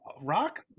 Rock